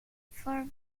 for